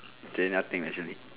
okay nothing actually